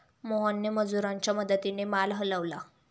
मोहनने मजुरांच्या मदतीने माल हलवला